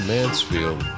Mansfield